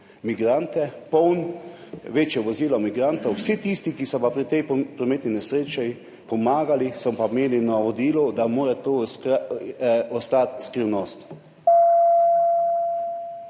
migrante, polen, večje vozilo migrantov, vsi tisti, ki so pa pri tej prometni nesreči pomagali, so pa imeli navodilo, da mora to ostati skrivnost.